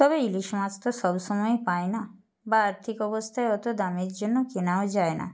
তবে ইলিশ মাছ তো সব সময় পায় না বা আর্থিক অবস্থায় অত দামের জন্য কেনাও যায় না